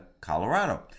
Colorado